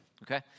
Okay